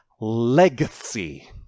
legacy